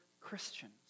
Christians